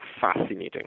fascinating